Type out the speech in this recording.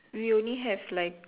we only have like